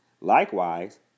Likewise